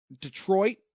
Detroit